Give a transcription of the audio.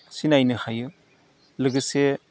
सिनायनो हायो लोगोसे